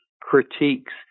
critiques